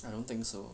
I don't think so